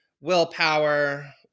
willpower